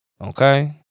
okay